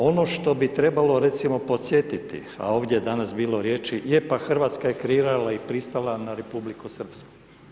Ono što bi trebalo recimo podsjetiti, a ovdje je danas bilo riječi, je pa Hrvatska je kreirala i pristala na Republiku Srpsku.